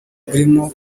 burimo